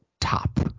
top